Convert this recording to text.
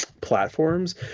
platforms